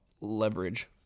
leverage